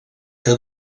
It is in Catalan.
que